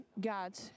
God